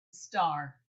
star